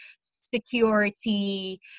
security